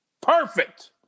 perfect